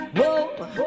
Whoa